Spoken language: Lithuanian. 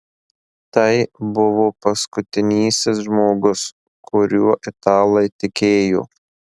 tai buvo paskutinysis žmogus kuriuo italai tikėjo